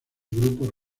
grupo